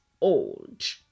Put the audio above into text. old